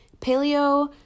Paleo